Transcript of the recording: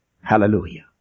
Hallelujah